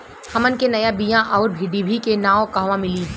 हमन के नया बीया आउरडिभी के नाव कहवा मीली?